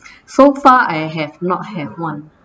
so far I have not have one